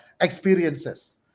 experiences